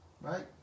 Right